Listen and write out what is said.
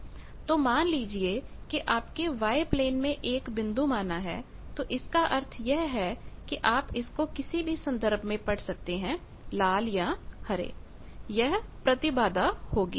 तो मान लीजिये के आपने y प्लेन में एक बिंदु माना है तो इसका अर्थ यह है कि आप इसको किसी भी सन्दर्भ में पढ़ सकते है लाल या हरे यह प्रतिबाधा होगी